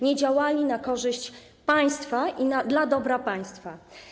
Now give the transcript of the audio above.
Nie działali na korzyść państwa i dla dobra państwa.